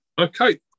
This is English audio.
Okay